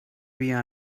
via